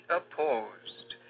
opposed